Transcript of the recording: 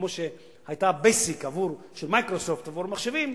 כמו שהיתה "מיקרוסופט" עבור מחשבים,